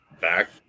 back